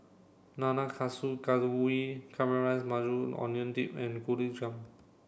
Nanakusa Gayu Caramelized Maui Onion Dip and Gulab Jamun